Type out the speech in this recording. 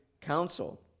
council